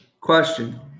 question